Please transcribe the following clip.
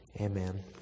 Amen